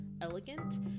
elegant